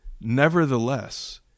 Nevertheless